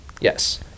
Yes